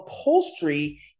upholstery